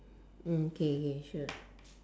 okay okay sure